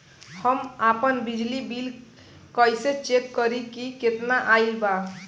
हम आपन बिजली बिल कइसे चेक करि की केतना आइल बा?